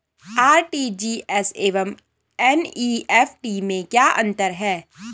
RTGS एवं NEFT में क्या अंतर है?